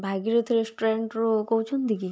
ଭାଗୀରଥି ରେଷ୍ଟୁରାଣ୍ଟରୁ କହୁଛନ୍ତି କି